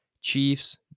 Chiefs